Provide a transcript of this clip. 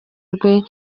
rwe